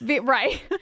right